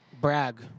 Brag